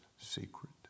secret